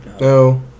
No